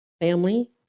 family